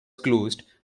closed